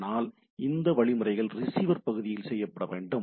ஆனால் இந்த வழிமுறைகள் ரிசீவர் பகுதியில் செய்யப்பட வேண்டும்